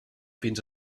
fins